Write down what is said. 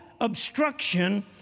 obstruction